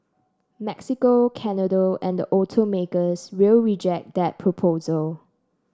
Mexico Canada and the automakers will reject that proposal